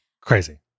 Crazy